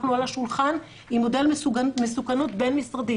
אנחנו על השולחן עם מודל מסוכנות בין-משרדי